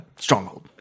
Stronghold